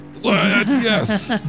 Yes